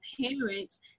parents